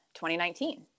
2019